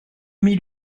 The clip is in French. mille